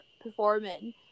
performing